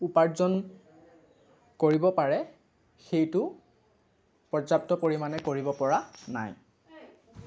উপাৰ্জন কৰিব পাৰে সেইটো পৰ্যাপ্ত পৰিমানে কৰিব পৰা নাই